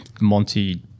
Monty